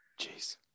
Jeez